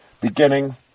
beginning